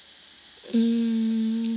mm